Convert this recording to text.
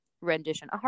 rendition